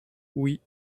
oui